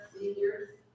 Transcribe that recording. seniors